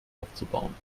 aufzubauen